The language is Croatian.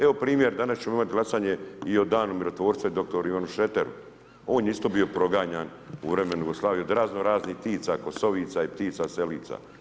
Evo primjer, danas ćemo imati glasanje i o danu mirotvorca dr. Ivanu Šreteru, on je isto bio proganjan u vrijeme Jugoslavije od razno raznih ptica kosovica i ptica selica.